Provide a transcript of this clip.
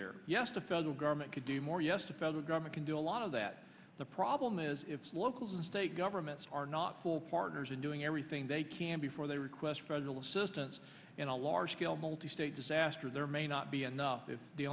there yes the federal government could do more yes the federal government can do a lot of that the problem is locals and state governments are not full partners in doing everything they can before they request for assistance in a large scale multi state disaster there may not be enough if the